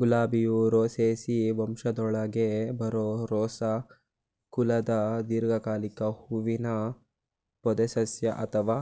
ಗುಲಾಬಿಯು Rosaceae ವಂಶದೊಳಗೆ ಬರೋ Rosa ಕುಲದ ದೀರ್ಘಕಾಲಿಕ ಹೂವಿನ ಪೊದೆಸಸ್ಯ ಅಥವಾ